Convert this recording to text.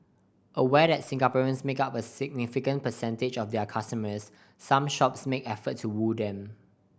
aware that Singaporeans make up a significant percentage of their customers some shops make effort to woo them